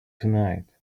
tonight